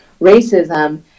racism